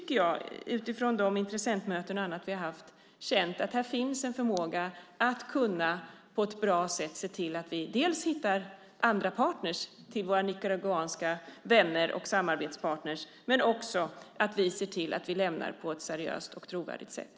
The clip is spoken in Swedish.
På de intressentmöten och annat som vi har haft har jag känt att här finns en förmåga att på ett bra sätt se till att vi dels hittar andra partner till våra nicaraguanska vänner och samarbetspartner, dels lämnar på ett seriöst och trovärdigt sätt.